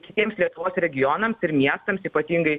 kitiems lietuvos regionams ir miestams ypatingai